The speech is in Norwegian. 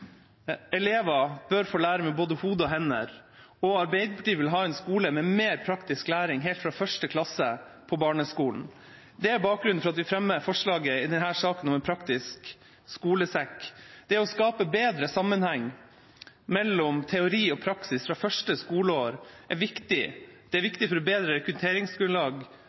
Elever bør få lære med både hode og hender, og Arbeiderpartiet vil ha en skole med mer praktisk læring helt fra 1. klasse på barneskolen. Det er bakgrunnen for at vi fremmer forslaget i denne saken om en praktisk skolesekk. Det å skape bedre sammenheng mellom teori og praksis fra første skoleår er viktig. Det er viktig fordi grunnskolen bør forberede elevene på hele bredden av utdanningsmuligheter i videregående, og for å